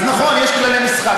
אז נכון, יש כללי משחק.